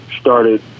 started